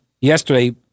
yesterday